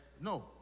No